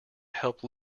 help